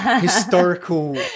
historical